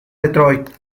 detroit